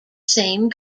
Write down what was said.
same